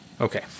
Okay